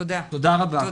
תודה רבה.